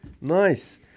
nice